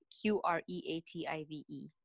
Q-R-E-A-T-I-V-E